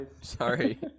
Sorry